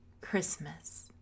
Christmas